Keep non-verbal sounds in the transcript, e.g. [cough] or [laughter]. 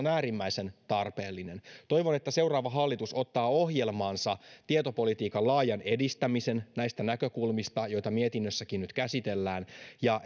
[unintelligible] äärimmäisen tarpeellinen toivon että seuraava hallitus ottaa ohjelmaansa tietopolitiikan laajan edistämisen näistä näkökulmista joita mietinnössäkin nyt käsitellään ja [unintelligible]